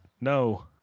no